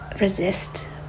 resist